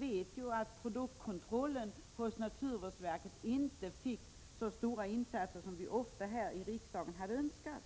vet ju att produktkontrollen hos naturvårdsverket inte fick så stora satsningar som vi här i riksdagen hade önskat.